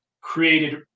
created